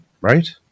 right